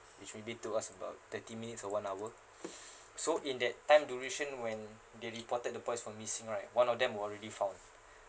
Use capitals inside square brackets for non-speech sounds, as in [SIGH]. which maybe took us about twenty minutes or one hour [BREATH] so in that time duration when they reported the boys from missing right one of them wa~ already found